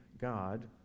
God